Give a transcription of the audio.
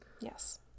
Yes